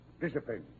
Discipline